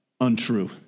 untrue